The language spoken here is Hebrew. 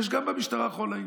יש גם במשטרה חוליים,